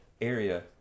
area